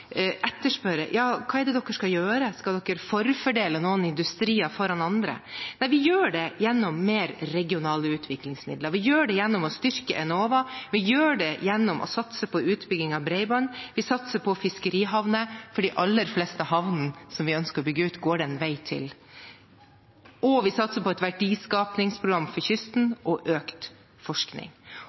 Hva er det dere skal gjøre? Skal dere forfordele noen industrier foran andre? Nei, vi gjør det gjennom mer regionale utviklingsmidler, vi gjør det gjennom å styrke Enova, vi gjør det gjennom å satse på utbygging av bredbånd, vi satser på fiskerihavner, for de aller fleste havnene som vi ønsker å bygge ut, går det en vei til, og vi satser på et verdiskapingsprogram for kysten og økt forskning.